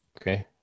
Okay